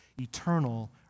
eternal